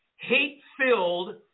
hate-filled